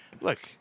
Look